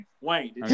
Wayne